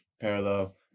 parallel